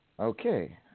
Okay